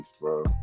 bro